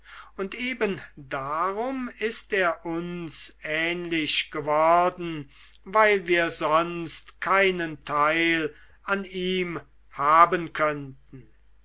und eben darum ist er uns ähnlich geworden weil wir sonst keinen teil an ihm haben könnten